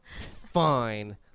Fine